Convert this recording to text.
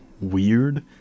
weird